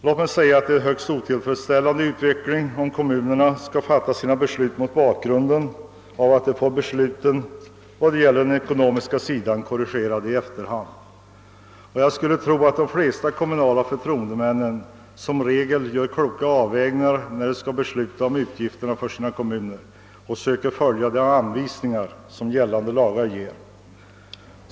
Låt mig säga att det är en högst otillfredsställande utveckling om kommunerna skall fatta sina beslut mot bakgrund av att de får besluten vad gäller den ekonomiska sidan korrigerade i efterhand. Jag skulle tro ait de flesta kommunala förtroendemän som regel gör kloka avvägningar när de skall besluta om utgifterna för sina kommuner och söker följa de anvisningar som gällande lagar ger.